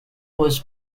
was